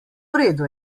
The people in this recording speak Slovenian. redu